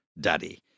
Daddy